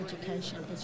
education